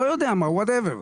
וואט אבר,